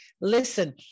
Listen